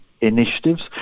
initiatives